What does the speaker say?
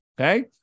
Okay